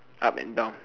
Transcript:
up and down